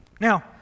Now